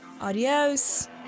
Adios